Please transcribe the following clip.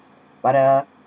but the